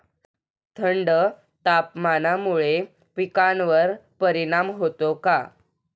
थंड तापमानामुळे पिकांवर परिणाम होतो का?